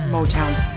Motown